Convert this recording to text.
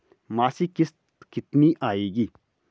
मासिक किश्त कितनी आएगी?